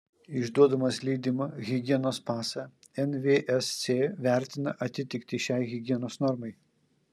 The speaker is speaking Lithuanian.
išduodamas leidimą higienos pasą nvsc vertina atitiktį šiai higienos normai